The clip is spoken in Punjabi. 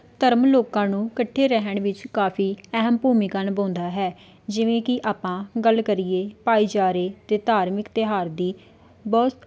ਧਰਮ ਲੋਕਾਂ ਨੂੰ ਇਕੱਠੇ ਰਹਿਣ ਵਿੱਚ ਕਾਫੀ ਅਹਿਮ ਭੂਮਿਕਾ ਨਿਭਾਉਂਦਾ ਹੈ ਜਿਵੇਂ ਕਿ ਆਪਾਂ ਗੱਲ ਕਰੀਏ ਭਾਈਚਾਰੇ ਅਤੇ ਧਾਰਮਿਕ ਤਿਉਹਾਰ ਦੀ ਬਹੁਤ